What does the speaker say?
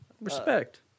Respect